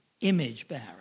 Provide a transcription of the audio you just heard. image-bearer